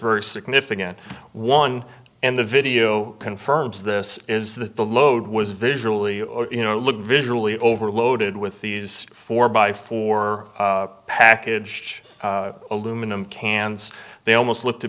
very significant one and the video confirms this is that the load was visually or you know look visually overloaded with these four by four package aluminum cans they almost look to